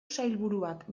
sailburuak